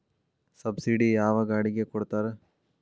Subsidy ಯಾವ ಗಾಡಿಗೆ ಕೊಡ್ತಾರ?